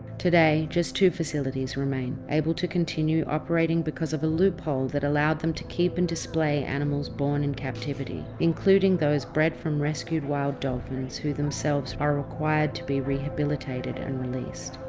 today, just two facilities remain, able to continue operating because of a loophole that allowed them to keep and display animals born in captivity, including those bred from rescued wild dolphins who themselves are required to be rehabilitated and released.